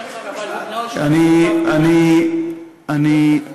אני אגיד לך,